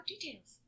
details